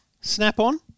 snap-on